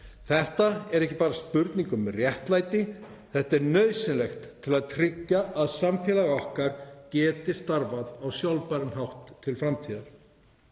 Þetta er ekki bara spurning um réttlæti, þetta er nauðsynlegt til að tryggja að samfélag okkar geti starfað á sjálfbæran hátt til framtíðar.